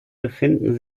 befinden